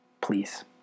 Please